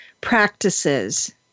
practices